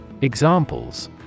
Examples